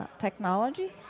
technology